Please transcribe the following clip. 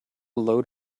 load